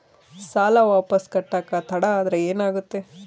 ಸಾಲ ವಾಪಸ್ ಕಟ್ಟಕ ತಡ ಆದ್ರ ಏನಾಗುತ್ತ?